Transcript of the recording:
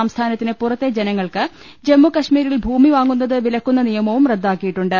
സംസ്ഥാനത്തിന് പുറത്തെ ജനങ്ങൾക്ക് ജമ്മുകശ്മീരിൽ ഭൂമി വാങ്ങുന്നത് വില ക്കുന്ന നിയമവും റദ്ദാക്കിയിട്ടുണ്ട്